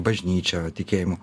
bažnyčia tikėjimu